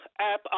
app